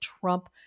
Trump